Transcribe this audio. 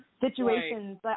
situations